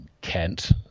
Kent